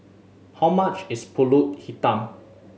how much is Pulut Hitam